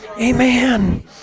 Amen